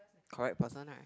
correct person right